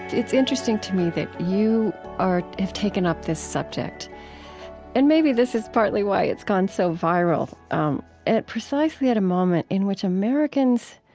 it's interesting to me that you have taken up this subject and maybe this is partly why it's gone so viral um at precisely at a moment in which americans,